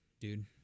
dude